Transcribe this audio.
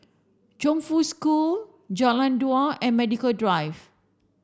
Chongfu School Jalan Dua and Medical Drive